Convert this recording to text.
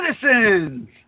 citizens